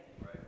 Right